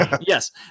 Yes